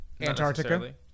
Antarctica